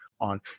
On